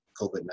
COVID